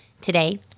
today